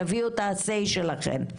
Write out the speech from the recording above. תביאו את ה-say שלכן,